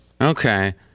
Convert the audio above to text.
Okay